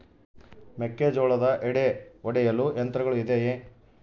ಮೆಕ್ಕೆಜೋಳದ ಎಡೆ ಒಡೆಯಲು ಯಂತ್ರಗಳು ಇದೆಯೆ?